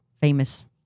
famous